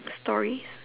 stories